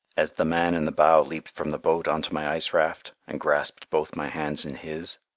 as the man in the bow leaped from the boat on to my ice raft and grasped both my hands in his,